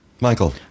Michael